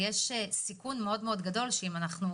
יש סיכון גדול מאוד שאם לא